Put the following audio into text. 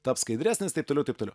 tapt skaidresnis taip toliau taip toliau